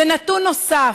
ונתון נוסף: